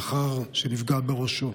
לאחר שנפגע בראשו.